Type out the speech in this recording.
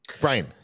Brian